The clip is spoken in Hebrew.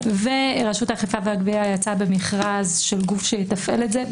רשות האכיפה והגבייה יצאה במכרז של גוף שיתפעל את זה.